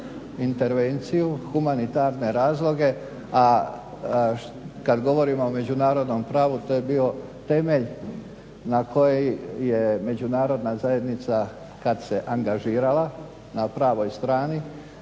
intervenciju, humanitarne razloge, a kada govorimo o međunarodnom pravu to je bio temelj na kojem je međunarodna zajednica kada se angažirala na pravoj strani